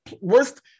worst